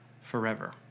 forever